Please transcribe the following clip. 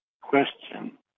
question